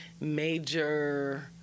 major